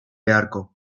beharko